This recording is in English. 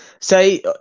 Say